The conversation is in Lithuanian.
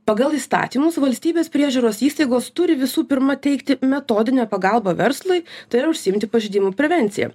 pagal įstatymus valstybės priežiūros įstaigos turi visų pirma teikti metodinę pagalbą verslui tai yra užsiimti pažeidimų prevencija